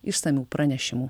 išsamių pranešimų